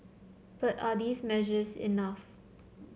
but are these measures enough